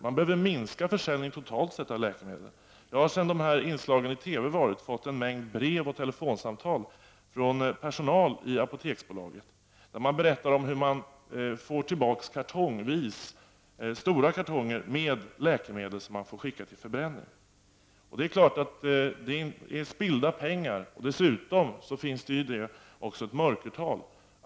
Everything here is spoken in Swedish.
Man behöver minska försäljningen av läkemedel totalt sett. Efter de inslag som förekommit i TV har jag fått en mängd brev och telefonsamtal från personal i Apoteksbolaget, där man berättar om hur man får tillbaka stora kartonger med läkemedel som man får skicka till förbränning. Det är klart att det är förspillda pengar. Vi har ju också ett mörkertal.